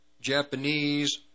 Japanese